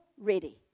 ready